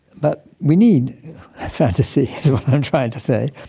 but we need fantasy, is what i'm trying to say,